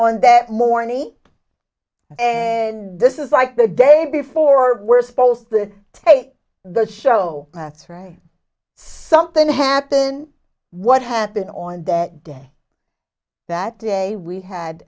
on that morning and this is like the day before we're supposed to take the show that's right something happen what happen on that day that day we had